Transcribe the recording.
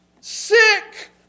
sick